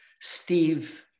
Steve